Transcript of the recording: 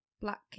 black